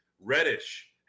Reddish